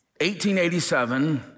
1887